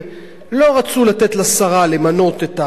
לא רצו לתת לשרה למנות את הרופא,